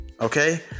Okay